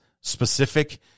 specific